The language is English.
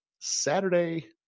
Saturday